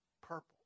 Purple